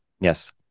yes